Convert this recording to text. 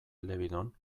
elebidun